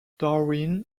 darwin